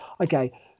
okay